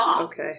Okay